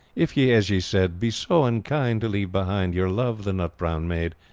if ye, as ye said, be so unkind, to leave behind, your love, the nut-brown maid,